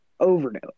overnote